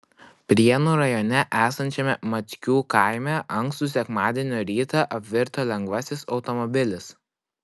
prienų rajone esančiame mackių kaime ankstų sekmadienio rytą apvirto lengvasis automobilis